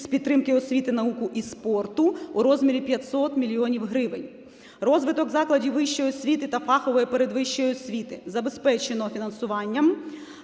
з підтримки освіти, науки і спорту у розмірі 500 мільйонів гривень. Розвиток закладів вищої освіти та фахової передвищої освіти забезпечено фінансуванням,